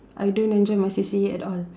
I don't enjoy my C_C_A at all